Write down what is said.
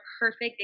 perfect